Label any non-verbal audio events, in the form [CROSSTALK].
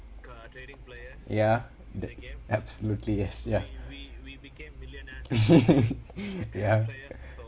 ya absolutely yes ya ya [LAUGHS] ya